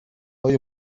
های